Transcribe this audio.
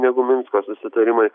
negu minsko susitarimai